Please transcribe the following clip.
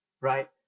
right